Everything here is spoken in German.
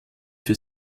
für